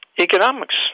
economics